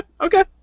okay